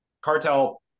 cartel